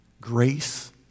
grace